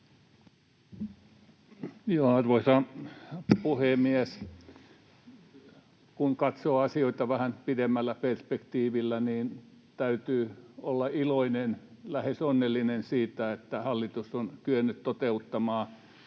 Arvoisa puhemies! Kun katsoo asioita vähän pidemmällä perspektiivillä, niin täytyy olla iloinen, lähes onnellinen siitä, että hallitus on kyennyt toteuttamaan